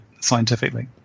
scientifically